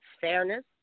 fairness